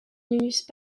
nuisent